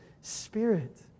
Spirit